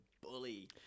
bully